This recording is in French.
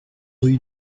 rue